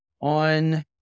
on